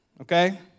okay